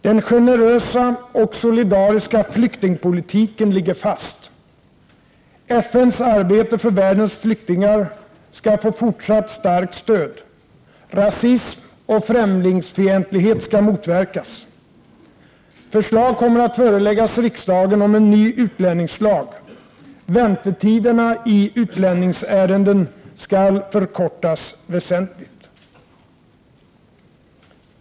Den generösa och solidariska flyktingpolitiken ligger fast. FN:s arbete för världens flyktingar skall få fortsatt starkt stöd. Rasism och främlingsfientlighet skall motverkas. Förslag kommer att föreläggas riksdagen om en ny utlänningslag. Väntetiderna i utlänningsärenden skall förkortas väsentligt.